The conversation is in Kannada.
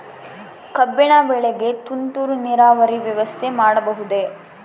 ಕಬ್ಬಿನ ಬೆಳೆಗೆ ತುಂತುರು ನೇರಾವರಿ ವ್ಯವಸ್ಥೆ ಮಾಡಬಹುದೇ?